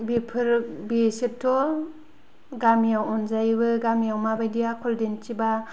बेफोरो बेसोरथ' गामिआव अनजायोबो गामियाव माबायदि आखल दिन्थिब्ला